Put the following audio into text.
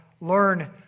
learn